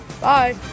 Bye